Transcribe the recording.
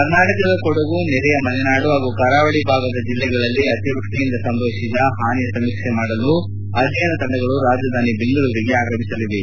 ಕರ್ನಾಟಕದ ಕೊಡಗು ನೆರೆಯ ಮಲೆನಾಡು ಹಾಗೂ ಕರಾವಳಿ ಭಾಗದ ಜಿಲ್ಲೆಗಳಲ್ಲಿ ಅತಿವ್ಯಷ್ಟಿಯಿಂದ ಸಂಭವಿಸಿದ ಹಾನಿಯ ಸಮೀಕ್ಷೆ ಮಾಡಲು ನಾಳೆ ಅಧ್ಯಯನ ತಂಡಗಳು ರಾಜಧಾನಿ ಬೆಂಗಳೂರಿಗೆ ಆಗಮಿಸಲಿವೆ